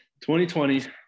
2020